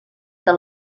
del